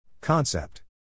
Concept